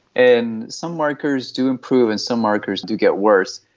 and some markers do improve and some markers do get worse.